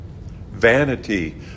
Vanity